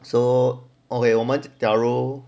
so okay 我们假如